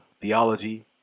theology